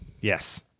Yes